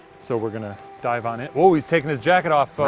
so we're gonna dive on in. oo, he's taking his jacket off,